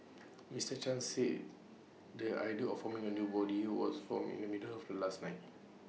Mister chan said the idea of forming A new body was formed in the middle of last night